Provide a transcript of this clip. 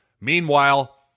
Meanwhile